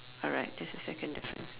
alright that's the second difference